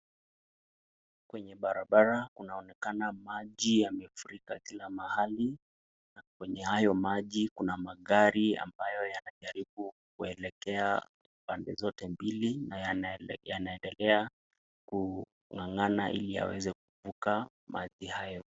Kwenye barabara kunaonekana maji yamefurika kila mahali na kwenye hayo maji kuna magari ambayo yanajaribu kuelekea pande zote mbili na yanaendelea kung'ang'ana ili yaweze kuvuka maji hayo.